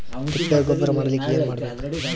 ತಿಪ್ಪೆ ಗೊಬ್ಬರ ಮಾಡಲಿಕ ಏನ್ ಮಾಡಬೇಕು?